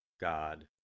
God